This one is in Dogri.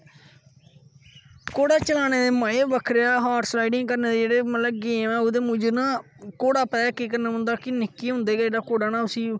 घोड़ा चलाने दे मजे गै बखरे हार्स राडिंग करने दे जेहडे गे म ऐ मुझे ना घोड़ा गी केह् करना पौ़ादा कि निक्के होंदे गै जेहडा घोड़ा ना उसी